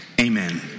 amen